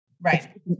Right